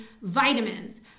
vitamins